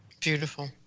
beautiful